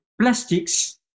plastics